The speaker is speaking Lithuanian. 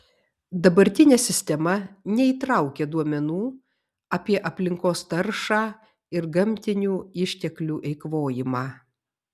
dabartinė sistema neįtraukia duomenų apie aplinkos taršą ir gamtinių išteklių eikvojimą